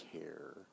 care